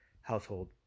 household